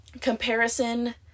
comparison